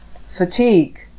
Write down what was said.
fatigue